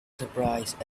surprised